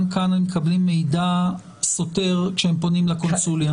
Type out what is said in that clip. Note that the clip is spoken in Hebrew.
כאן מקבלים מידע סותר כשהם פונים לקונסוליה?